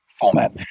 format